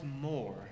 more